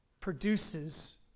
produces